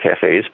cafes